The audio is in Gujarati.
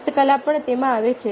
હસ્તકલા પણ તેમાં આવે છે